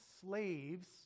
slaves